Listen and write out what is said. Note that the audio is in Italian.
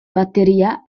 batteria